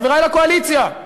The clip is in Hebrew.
חברי לקואליציה,